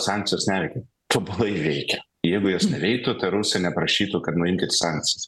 sankcijos neveikia tobulai veikia jeigu jos neveiktų tai rusiją neprašytų kad nuimkit sankcijas